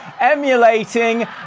emulating